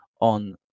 on